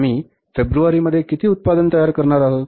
आम्ही फेब्रुवारीमध्ये किती उत्पादन करणार आहोत